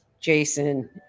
Jason